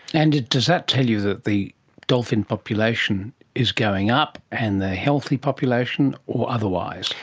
and does that tell you that the dolphin population is going up and the healthy population, or otherwise?